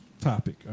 topic